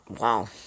wow